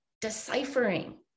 deciphering